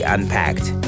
Unpacked